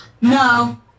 No